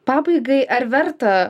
pabaigai ar verta